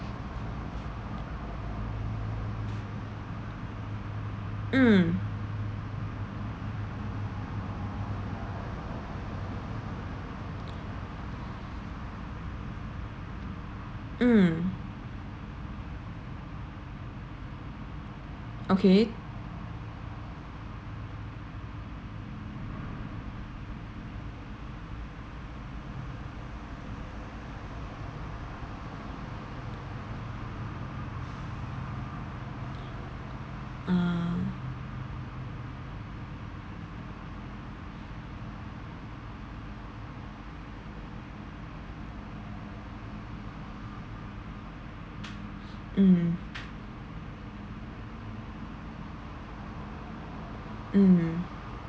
mm mm okay ah mm mm